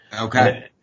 Okay